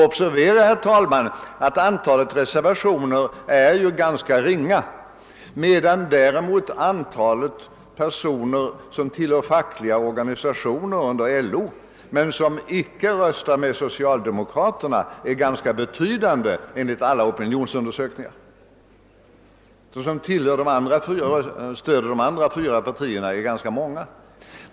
— Observera att antalet reservationer är ganska litet, medan däremot antalet personer som tillhör fackliga organisationer under LO men icke röstar med socialdemokraterna enligt alla opinionsundersökningar är ganska betydande. De som stöder de andra fyra partierna men inte reserverar sig måste vara många.